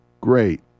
great